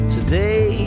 Today